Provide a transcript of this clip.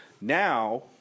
Now